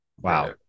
Wow